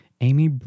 Amy